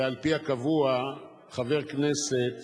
ועל-פי הקבוע חבר הכנסת